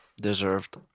Deserved